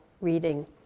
reading